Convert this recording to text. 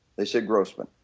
they said grossman.